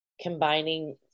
combining